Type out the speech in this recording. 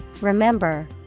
remember